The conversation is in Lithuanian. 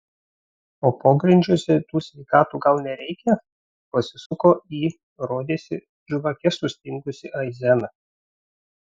o pogrindžiuose tų sveikatų gal nereikia pasisuko į rodėsi žvake sustingusį aizeną